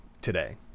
today